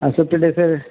ah Swift desire